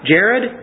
Jared